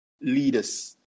leaders